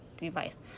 Device